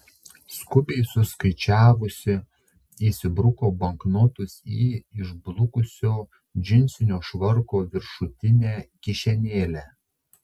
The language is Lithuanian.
skubiai suskaičiavusi įsibruko banknotus į išblukusio džinsinio švarko viršutinę kišenėlę